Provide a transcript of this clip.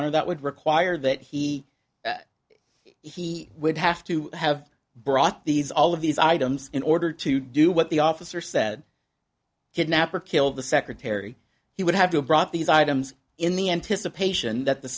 honor that would require that he he would have to have brought these all of these items in order to do what the officer said kidnap or kill the secretary he would have to brought these items in the anticipation that the